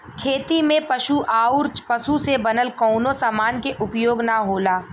खेती में पशु आउर पशु से बनल कवनो समान के उपयोग ना होला